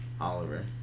Oliver